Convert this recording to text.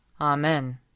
Amen